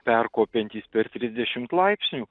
perkopiantys per trisdešimt laipsnių